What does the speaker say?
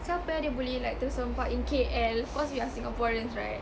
siapa ah dia boleh like terserempak in K_L cause we are singaporeans right